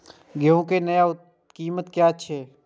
गेहूं के नया कीमत की छे?